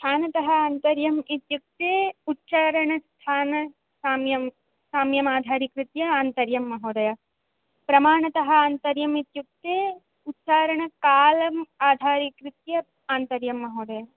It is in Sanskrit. स्थानतः आन्तर्यम् इत्युक्ते उच्चारणस्थानसाम्यं साम्यमाधारीकृत्य आन्तर्यं महोदय प्रमाणतः आन्तर्यम् इत्युक्ते उच्चारणकालम् आधारिकृत्य आन्तर्यं महोदय